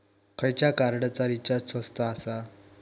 खयच्या कार्डचा रिचार्ज स्वस्त आसा?